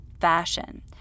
fashion